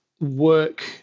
work